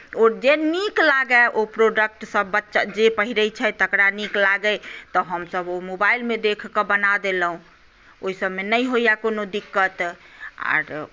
ओ जे नीक लागय ओ प्रोडक्टसभ जे पहिरैत छै तकरा नीक लागय तऽ हमसभ ओ मोबाइलमे देखि कऽ बना देलहुँ ओहिसभमे नहि होइए कोनो दिक्कत आओर की